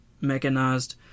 mechanized